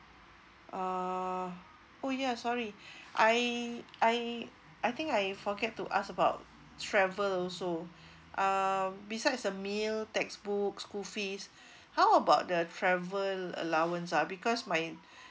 uh oh ya sorry I I I think I forget to ask about travel also um besides the meal textbook school fees how about the travel allowance ah because my